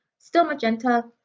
still magenta,